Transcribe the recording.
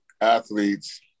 athletes